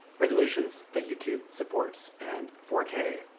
resolutions that youtube supports and four k